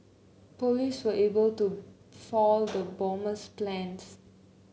police were able to foil the bomber's plans